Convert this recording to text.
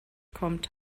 kommt